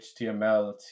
HTML